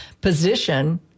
position